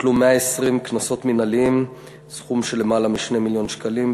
הוטלו 120 קנסות מינהליים בסכום של למעלה מ-2 מיליון שקלים,